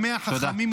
הוא מדבר על ההסכם.